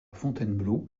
fontainebleau